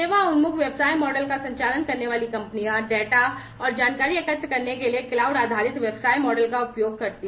सेवा उन्मुख व्यवसाय मॉडल का संचालन करने वाली कंपनियां डेटा और जानकारी एकत्र करने के लिए क्लाउड आधारित व्यवसाय मॉडल का उपयोग करती हैं